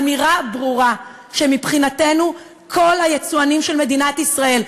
אמירה ברורה שמבחינתנו כל היצואנים של מדינת ישראל,